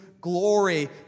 glory